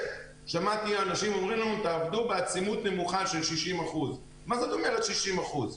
שמעתי אנשים אומרים לנו: תעבדו בעצימות נמוכה של 60%. מה זאת אומרת 60%?